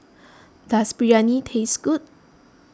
does Biryani taste good